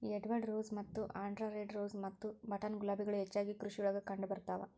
Edward rose ಮತ್ತ ಆಂಡ್ರಾ red rose ಮತ್ತ ಬಟನ್ ಗುಲಾಬಿಗಳು ಹೆಚ್ಚಾಗಿ ಕೃಷಿಯೊಳಗ ಕಂಡಬರ್ತಾವ